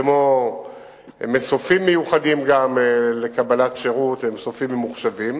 כמו מסופים מיוחדים לקבלת שירות ומסופים ממוחשבים,